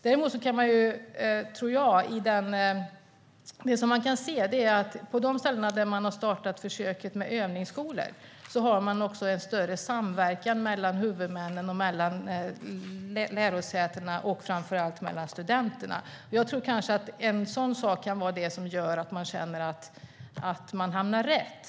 Det som syns är att på de ställen där man har startat försöket med övningsskolor finns en större samverkan mellan huvudmännen, lärosätena och studenterna. En sådan sak kan vara det som gör att man känner att man hamnar rätt.